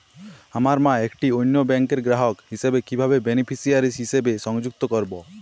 আমার মা একটি অন্য ব্যাংকের গ্রাহক হিসেবে কীভাবে বেনিফিসিয়ারি হিসেবে সংযুক্ত করব?